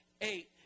eight